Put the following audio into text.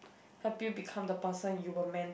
help you become the person you were meant